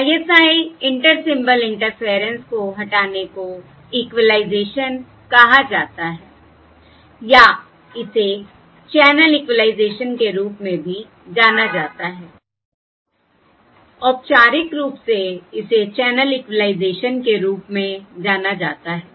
ISI inter symbol interference को हटाने को इक्वलाइजेशन कहा जाता है या इसे चैनल इक्वलाइजेशन के रूप में भी जाना जाता है औपचारिक रूप से इसे चैनल इक्वलाइजेशन के रूप में जाना जाता है